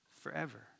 forever